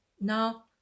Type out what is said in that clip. now